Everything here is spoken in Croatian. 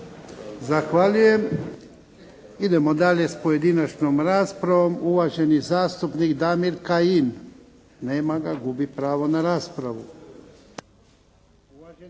Zahvaljujem. Idemo dalje sa pojedinačnom raspravom. Uvaženi zastupnik Damir Kajin. Nema ga. Gubi pravo na raspravu.